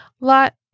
lot